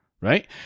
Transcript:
right